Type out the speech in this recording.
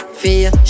fear